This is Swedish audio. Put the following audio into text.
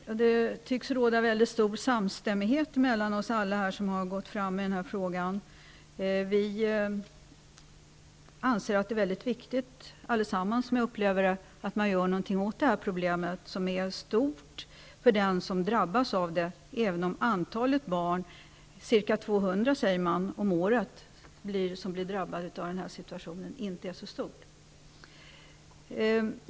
Fru talman! Det tycks råda en mycket stor samstämmighet mellan oss alla som har gått upp i debatt i denna fråga. Vi anser allesammans, som jag upplever det, att det är mycket viktigt att man gör någonting åt detta problem. Det är ett stort problem för den som drabbas, även om antalet barn -- det sägs att det rör sig om ca 200 barn om året -- inte är så stort.